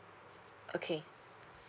okay